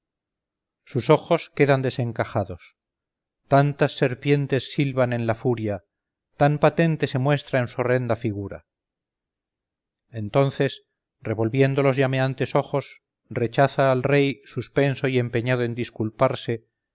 sus ojos quedan desencajados tantas serpientes silban en la furia tan patente se muestra en su horrenda figura entonces revolviendo los llameantes ojos rechaza al rey suspenso y empeñado en disculparse